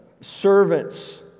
servants